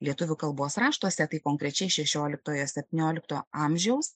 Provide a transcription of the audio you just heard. lietuvių kalbos raštuose tai konkrečiai šešioliktojo septyniolikto amžiaus